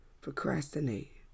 procrastinate